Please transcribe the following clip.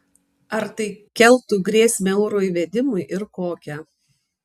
ar tai keltų grėsmę euro įvedimui ir kokią